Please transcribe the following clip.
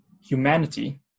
humanity